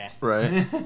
Right